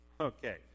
Okay